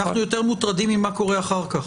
אנחנו יותר מוטרדים ממה קורה אחר כך.